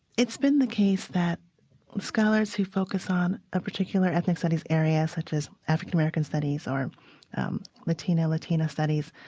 it's been the case that scholars who focus on a particular ethnic studies area such as african-american studies or latino latina studies